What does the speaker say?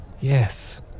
yes